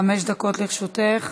חמש דקות לרשותך.